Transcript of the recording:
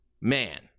Man